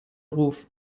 ruf